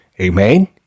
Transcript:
amen